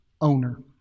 owner